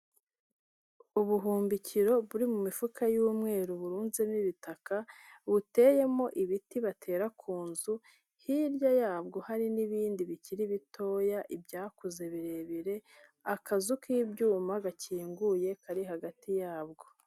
Ubuhumbikiro buri mu mifuka y'umweru burunze mo ibitaka, buteyemo ibiti batera ku nzu, hirya yabwo hari n'ibindi bikiri bitoya, ibyakuze birebire, akazu k'ibyuma gakinguye kari hagati yabwo.